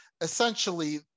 essentially